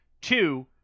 Two